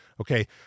Okay